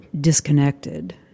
disconnected